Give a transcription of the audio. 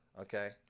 Okay